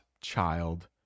child